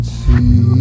see